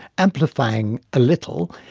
amplifying a little,